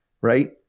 right